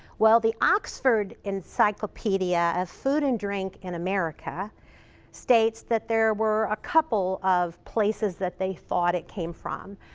well, the oxford encyclopedia of food and drink in america states, that there were a couple of places that they thought it came from.